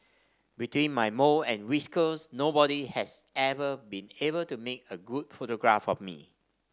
between my mole and whiskers nobody has ever been able to make a good photograph of me